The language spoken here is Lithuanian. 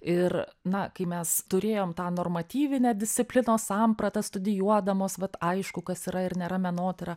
ir na kai mes turėjom tą normatyvinę disciplinos sampratą studijuodamos vat aišku kas yra ir nėra menotyra